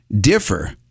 differ